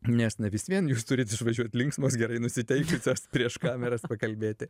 nes na vis vien jūs turit išvažiuot linksmos gerai nusiteikusios prieš kameras pakalbėti